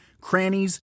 crannies